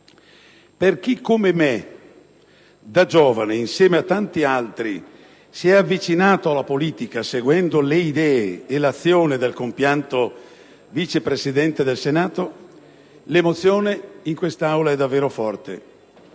Per chi, come me, da giovane, insieme a tanti altri, si è avvicinato alla politica seguendo le idee e l'azione del compianto Vice Presidente del Senato, l'emozione in quest'Aula è davvero forte.